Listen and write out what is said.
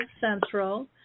Central